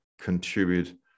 contribute